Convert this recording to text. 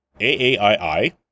AAII